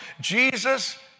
Jesus